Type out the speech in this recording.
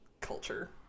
culture